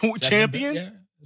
champion